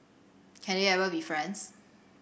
can they ever be friends